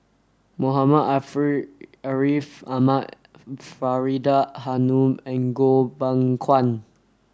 Muhammad Ariff Ahmad Faridah Hanum and Goh Beng Kwan